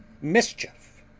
mischief